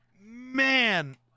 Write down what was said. man